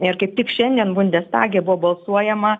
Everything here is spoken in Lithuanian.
ir kaip tik šiandien bundestage buvo balsuojama